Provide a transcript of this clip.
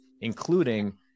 including